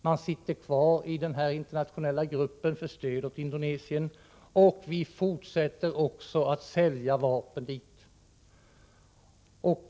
Man sitter kvar i den internationella gruppen för stöd åt Indonesien, och man fortsätter också att sälja vapen dit.